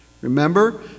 Remember